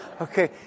Okay